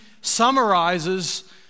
summarizes